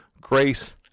Grace